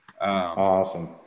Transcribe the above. Awesome